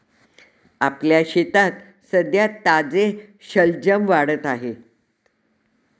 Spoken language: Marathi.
आपल्या शेतात सध्या ताजे शलजम वाढत आहेत